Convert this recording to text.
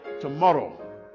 tomorrow